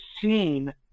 seen